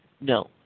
No